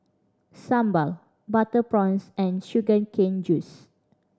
sambal butter prawns and sugar cane juice